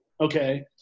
Okay